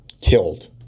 killed